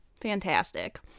fantastic